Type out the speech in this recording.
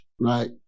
right